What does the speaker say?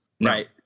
right